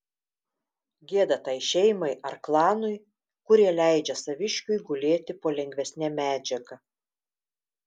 gėda tai šeimai ar klanui kurie leidžia saviškiui gulėti po lengvesne medžiaga